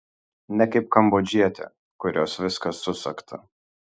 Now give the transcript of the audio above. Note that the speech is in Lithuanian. ne kaip kambodžietė kurios viskas susegta